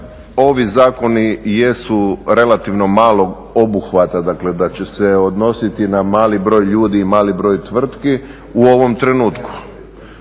ovi zakoni jesu relativno malog obuhvata da će se odnositi na mali broj ljudi i mali broj tvrtki u ovom trenutku